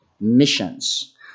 missions